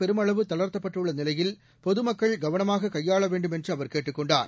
பெருமளவு தளர்த்தப்பட்டுள்ள நிலையில் பொதுமக்கள் கவனமாக ஊரடங்கு கையாள வேண்டுமென்று அவர் கேட்டுக் கொண்டார்